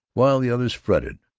while the others fretted,